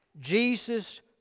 Jesus